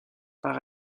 par